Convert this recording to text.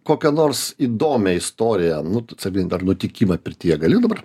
kokią nors įdomią istoriją nu tu calyn dar nutikimą pirtyje gali dabar